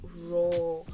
raw